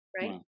right